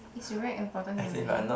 is very important to me